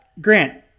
Grant